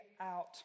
out